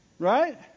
Right